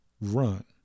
run